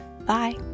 Bye